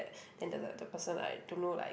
then the the the person like don't know like